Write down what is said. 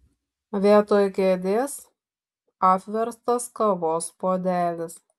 vietoj kėdės apverstas kavos puodelis